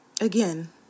again